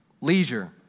leisure